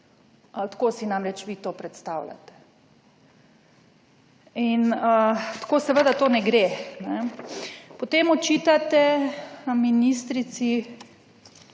Tako si namreč vi to predstavljate. In tako seveda to ne gre. Potem očitate ministrici,